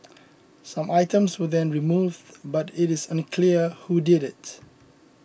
some items were then removed but it is unclear who did it